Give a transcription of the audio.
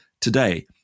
today